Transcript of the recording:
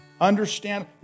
Understand